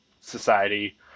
society